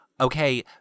Okay